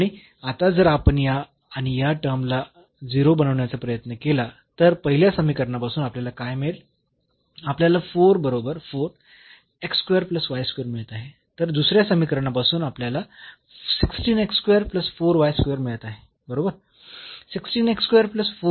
आणि आता जर आपण या आणि या टर्म ला 0 बनविण्याचा प्रयत्न केला तर पहिल्या समीकरणापासून आपल्याला काय मिळेल आपल्याला 4 बरोबर मिळत आहे तर दुसऱ्या समीकरणापासून आपल्याला मिळत आहे बरोबर